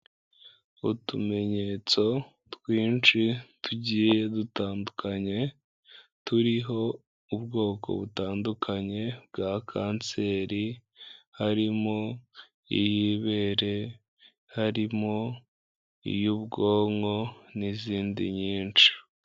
Utumenyetso twinshi tugiye dutandukanye, turiho ubwoko butandukanye bwa kanseri, harimo iy'ibere, harimo iy'ubwonko, n'izindi nyinshi.